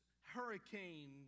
hurricane